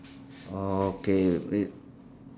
oh okay re~